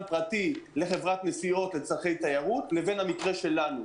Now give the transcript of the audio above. פרטי לחברת נסיעות לצורכי תיירות לבין המקרה שלנו.